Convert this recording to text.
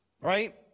Right